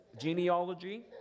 genealogy